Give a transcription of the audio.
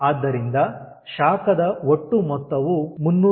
ಆದ್ದರಿಂದ ಶಾಖದ ಒಟ್ಟು ಮೊತ್ತವು 31961